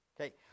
Okay